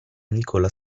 nicola